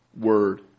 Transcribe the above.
Word